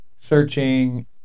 searching